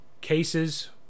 cases